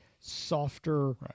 softer